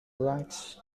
lights